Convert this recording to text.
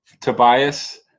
Tobias